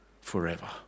forever